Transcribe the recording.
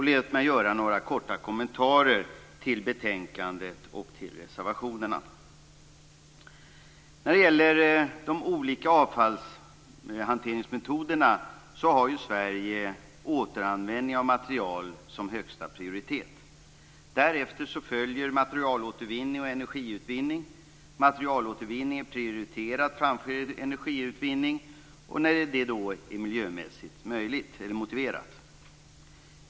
Låt mig göra några korta kommentarer till betänkandet och reservationerna. När det gäller de olika avfallshanteringsmetoderna har ju Sverige återanvändning av material som högsta prioritet. Därefter följer materialåtervinning och energiutvinning. Materialåtervinning är prioriterat framför energiutvinning när det är miljömässigt motiverat.